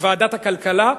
לוועדת הכלכלה,